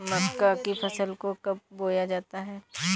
मक्का की फसल को कब बोया जाता है?